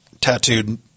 tattooed